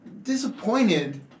disappointed